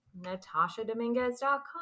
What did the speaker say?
NatashaDominguez.com